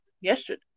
yesterday